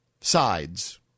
Sides